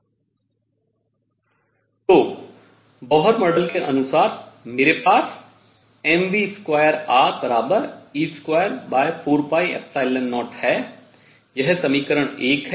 तो Bohr model के अनुसार मेरे पास mv2re240 है यह समीकरण 1 है